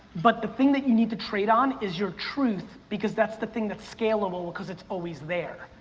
but the thing that you need to trade on is your truth because that's the thing that's scalable because it's always there.